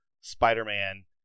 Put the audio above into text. Spider-Man